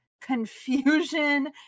confusion